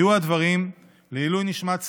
יהיו הדברים לעילוי נשמת סבי,